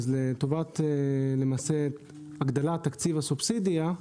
למעשה הגדלת תקציב הסובסידיה.